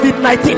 COVID-19